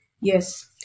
yes